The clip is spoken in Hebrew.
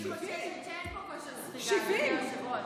אני חוששת שאין פה כושר ספיגה, אדוני היושב-ראש.